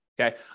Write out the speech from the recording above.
Okay